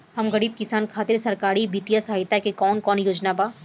हम गरीब किसान खातिर सरकारी बितिय सहायता के कवन कवन योजना बा?